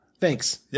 Thanks